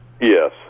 Yes